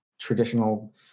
traditional